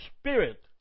Spirit